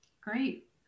Great